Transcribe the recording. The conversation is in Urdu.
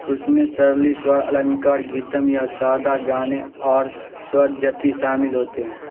اس میں سرلی سور النکاڑ گیتم یا سادہ گانے اور سورجتی شامل ہوتے ہیں